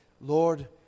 Lord